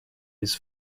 his